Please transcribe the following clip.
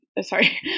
sorry